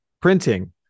printing